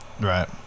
Right